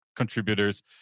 contributors